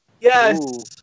Yes